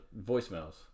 voicemails